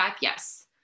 yes